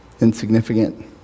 insignificant